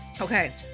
okay